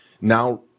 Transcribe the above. now